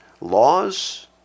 laws